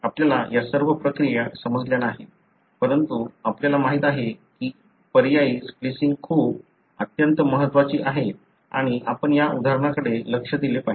आपल्याला या सर्व प्रक्रिया समजल्या नाहीत परंतु आपल्याला माहित आहे की पर्यायी स्प्लिसिन्ग खूप अत्यंत महत्वाची आहे आणि आपण या उदाहरणाकडे लक्ष दिले पाहिजे